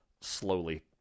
slowly